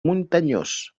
muntanyós